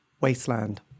Wasteland